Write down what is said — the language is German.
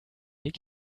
nick